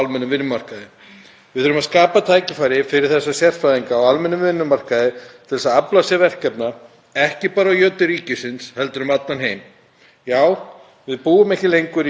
Já, við búum ekki lengur í samfélagi þar sem allt er einskorðað við þennan litla klett í miðju Atlantshafinu. Við þurfum líka að hafa í huga að í mörgum stærri